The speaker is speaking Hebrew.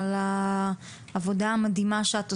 השעיה ליומיים היא בדיחה.